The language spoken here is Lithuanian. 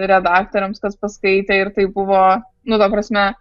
redaktoriams kas paskaitė ir tai buvo nu ta prasme